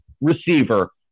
receiver